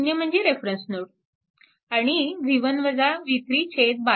0 म्हणजे reference node